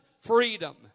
freedom